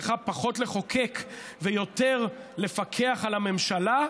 צריכה פחות לחוקק ויותר לפקח על הממשלה?